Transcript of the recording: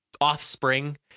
offspring